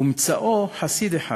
ומצאו חסיד אחד.